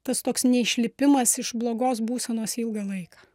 tas toks neišlipimas iš blogos būsenos ilgą laiką